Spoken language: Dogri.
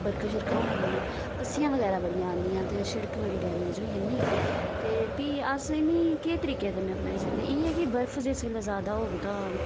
बर्खां शर्खां होने कन्नै पस्सियां बगैरा बड़ियां आंदियां ते शिड़क बड़ी डैमेज होई जंदी ते फ्ही असें नी केह् तरीके अपनाई सकदे इयै कि इयेै कि बर्फ जिस बेल्ले ज्यादा होग तां